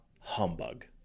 humbug